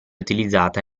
utilizzata